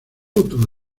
otro